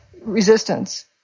resistance